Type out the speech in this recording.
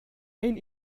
ein